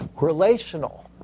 relational